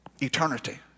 eternity